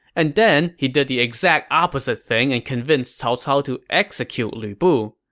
and then he did the exact opposite thing and convinced cao cao to execute lu bu.